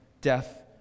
death